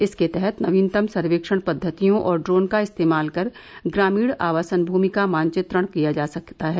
इसके तहत नवीनतम सर्वेक्षण पद्वतियों और ड्रोन का इस्तेमाल कर ग्रामीण आवासन भूमि का मानचित्रण किया जा सकता है